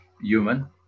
human